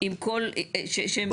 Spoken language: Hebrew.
עם כל, שהם